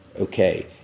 okay